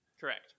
Correct